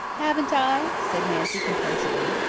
haven't i? said nancy complacently.